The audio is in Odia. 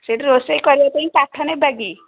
ସେଇଠି ରୋଷେଇ କରିବା ପାଇଁ କାଠ ନେବା କି